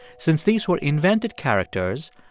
since these were invented characters,